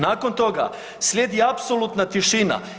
Nakon toga slijedi apsolutna tišina.